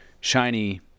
shiny